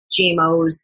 GMOs